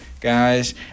guys